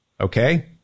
Okay